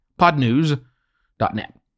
Podnews.net